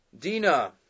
Dina